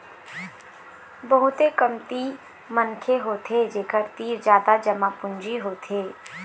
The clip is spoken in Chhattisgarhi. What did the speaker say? बहुते कमती मनखे होथे जेखर तीर जादा जमा पूंजी होथे